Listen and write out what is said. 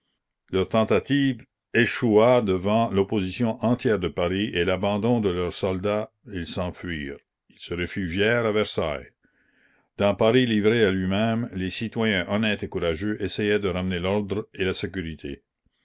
leur tentative échoua devant l'opposition entière de paris et l'abandon de leurs soldats ils s'enfuirent et se réfugièrent à versailles dans paris livré à lui-même les citoyens honnêtes et courageux essayaient de ramener l'ordre et la sécurité